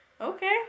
Okay